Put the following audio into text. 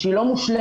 שהיא לא מושלמת,